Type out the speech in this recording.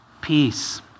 peace